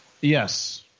Yes